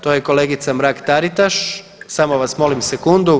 To je kolegica Mrak-Taritaš, samo vas molim sekundu.